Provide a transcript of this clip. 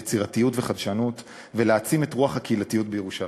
יצירתיות וחדשנות ולהעצים את רוח הקהילתיות בירושלים.